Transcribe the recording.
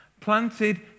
Planted